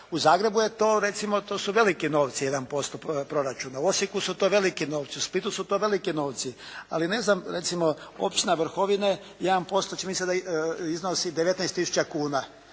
U Zagrebu je to recimo to su veliki novci jedan posto proračuna. U Osijeku su to veliki novci, u Splitu su to veliki novci. Ali ne znam recimo općina Vrhovine jedan posto čini mi se da iznosi 19000 kuna.